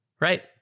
right